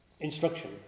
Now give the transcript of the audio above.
Instruction